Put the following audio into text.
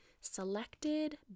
selected